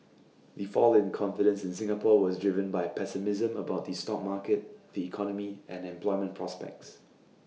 the fall in confidence in Singapore was driven by pessimism about the stock market the economy and employment prospects